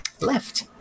left